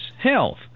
health